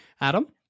Adam